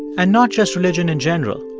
and not just religion in general.